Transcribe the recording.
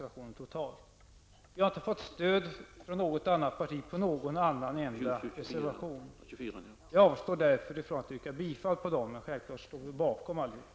Vi har inte fått stöd från något annat parti för någon enda reservation. Jag avstår därför från att yrka bifall till dem, men självfallet står vi bakom allihop.